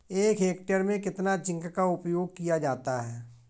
एक हेक्टेयर में कितना जिंक का उपयोग किया जाता है?